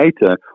later